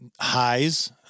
highs